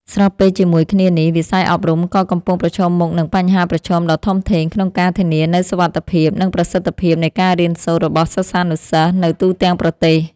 ស្របពេលជាមួយគ្នានេះ វិស័យអប់រំក៏កំពុងប្រឈមមុខនឹងបញ្ហាប្រឈមដ៏ធំធេងក្នុងការធានានូវសុវត្ថិភាព និងប្រសិទ្ធភាពនៃការរៀនសូត្ររបស់សិស្សានុសិស្សនៅទូទាំងប្រទេស។